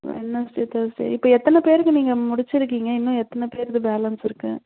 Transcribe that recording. என்ன கேக்கிறது தெரியலை இப்போ எத்தனை பேருக்கு நீங்கள் முடித்து இருக்கீங்க இன்னும் எத்தனை பேருக்கு பேலன்ஸ் இருக்குது